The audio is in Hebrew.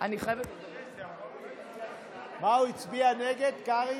הוא הצביע נגד, קרעי?